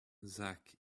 zak